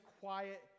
quiet